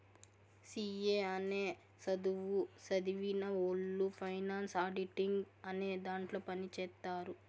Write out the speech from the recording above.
C A అనే సధువు సదివినవొళ్ళు ఫైనాన్స్ ఆడిటింగ్ అనే దాంట్లో పని చేత్తారు